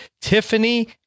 tiffany